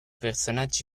personaggi